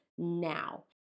now